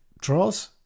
draws